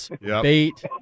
bait